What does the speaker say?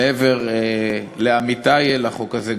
מעבר לעמיתי לחוק הזה,